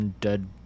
Dead